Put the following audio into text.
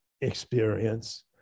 experience